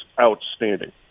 outstanding